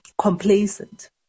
complacent